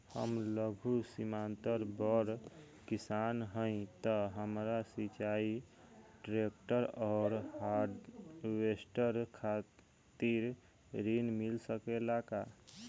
हम लघु सीमांत बड़ किसान हईं त हमरा सिंचाई ट्रेक्टर और हार्वेस्टर खातिर ऋण मिल सकेला का?